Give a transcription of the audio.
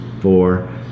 four